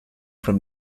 from